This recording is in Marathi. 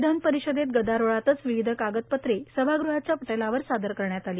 विधानपरिषदेत गदारोळातच विविध कागदपत्रे सभागृहाच्या पटलावर सादर करण्यात आली